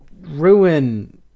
ruin